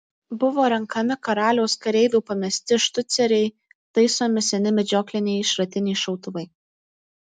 buvo renkami karaliaus kareivių pamesti štuceriai taisomi seni medžiokliniai šratiniai šautuvai